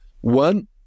one